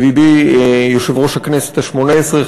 ידידי יושב-ראש הכנסת השמונה-עשרה,